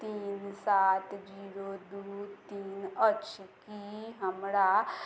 तीन सात जीरो दुइ तीन अछि कि हमरा